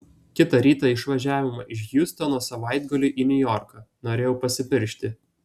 kitą rytą išvažiavome iš hjustono savaitgaliui į niujorką norėjau pasipiršti